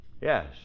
Yes